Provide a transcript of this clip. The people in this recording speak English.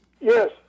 Yes